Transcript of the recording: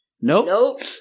Nope